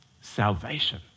salvation